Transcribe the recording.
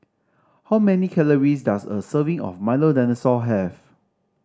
how many calories does a serving of Milo Dinosaur have